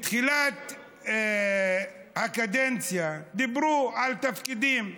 בתחילת הקדנציה דיברו על תפקידים,